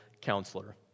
Counselor